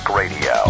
radio